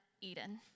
Eden